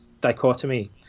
dichotomy